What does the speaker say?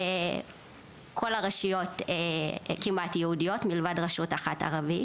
כמעט כל הרשויות יהודיות, מלבד רשות ערבית אחת.